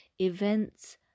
events